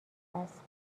است